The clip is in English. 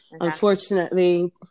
unfortunately